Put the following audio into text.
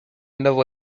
nowo